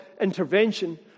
intervention